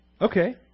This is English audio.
Okay